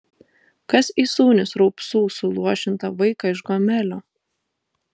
kas įsūnys raupsų suluošintą vaiką iš gomelio